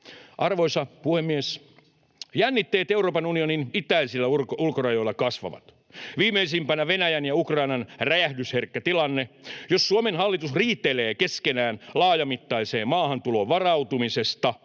Arvoisa puhemies! Jännitteet Euroopan unionin itäisillä ulkorajoilla kasvavat, viimeisimpänä Venäjän ja Ukrainan räjähdysherkkä tilanne. Jos Suomen hallitus riitelee keskenään laajamittaiseen maahantuloon varautumisesta